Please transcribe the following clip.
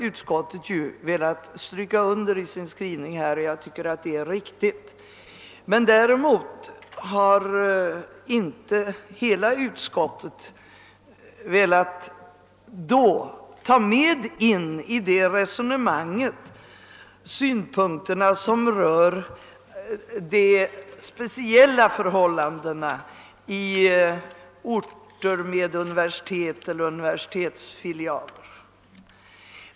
Utskottet har velat stryka under detta i sin skrivning och jag tycker att det är riktigt, men däremot har inte hela utskottet då velat ta in i resonemanget de synpunkter som rör de speciella förhållanden som råder i orter med universitet eller universitetsfilialer.